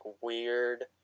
weird